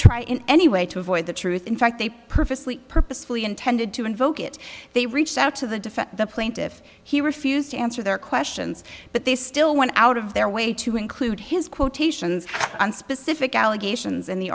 try in any way to avoid the truth in fact they purposely purposefully intended to invoke it they reached out to the defense the plaintiff he refused to answer their questions but they still went out of their way to include his quotations on specific allegations in the